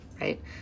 right